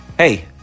Hey